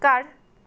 ਘਰ